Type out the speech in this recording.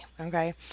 okay